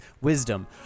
Wisdom